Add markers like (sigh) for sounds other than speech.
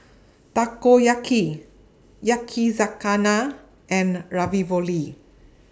(noise) Takoyaki Yakizakana and Ravioli (noise)